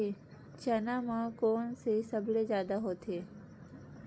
चना म कोन से सबले जादा होथे?